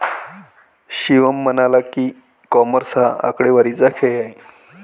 शिवम म्हणाला की, कॉमर्स हा आकडेवारीचा खेळ आहे